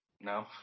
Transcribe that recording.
No